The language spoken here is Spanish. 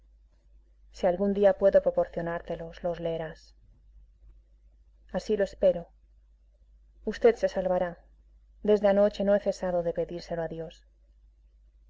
si algún día puedo proporcionártelos los leerás así lo espero v se salvará desde anoche no he cesado de pedírselo a dios y